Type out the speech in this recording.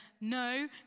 no